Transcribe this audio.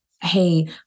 Hey